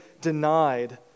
denied